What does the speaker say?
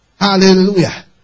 Hallelujah